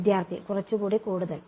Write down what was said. വിദ്യാർത്ഥി കുറച്ച് കൂടി കൂടുതൽ